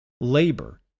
labor